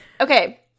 okay